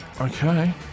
Okay